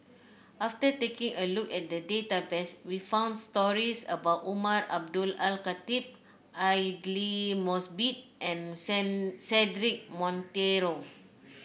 after taking a look at the database we found stories about Umar Abdullah Al Khatib Aidli Mosbit and Cedric Monteiro